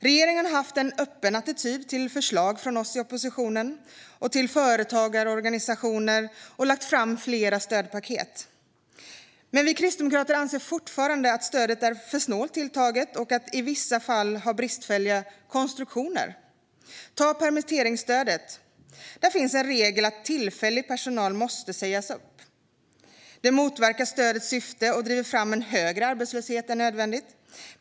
Regeringen har haft en öppen attityd till förslag från oss i oppositionen och till företagarorganisationer, och den har lagt fram flera stödpaket. Men vi kristdemokrater anser att stödet fortfarande är för snålt tilltaget och i vissa fall har bristfälliga konstruktioner. Ta permitteringsstödet som exempel! Där finns en regel att tillfällig personal måste sägas upp. Det motverkar stödets syfte och driver fram en högre arbetslöshet än nödvändigt.